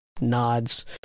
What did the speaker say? nods